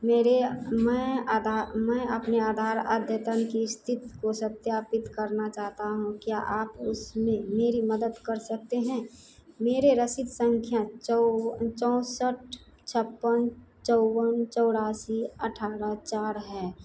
मेरे मैं आधा मैं अपने आधार अद्यतन की स्थित को सत्यापित करना चाहता हूँ क्या आप उसमें मेरी मदद कर सकते हैं मेरे रसीद संख्या चौ चौसठ छप्पन चौवन चौरासी अठारह चार है